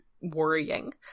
worrying